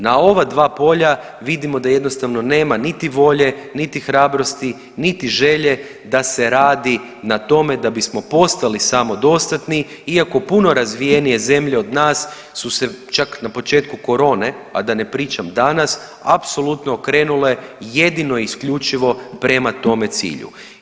Na ova dva polja vidimo da jednostavno nema niti volje niti hrabrosti niti želje da se radi na tome da bismo postali samodostatni iako puno razvijenije od nas su se čak na početku korone, a da ne pričam danas, apsolutno okrenule jedino i isključivo prema tome cilju.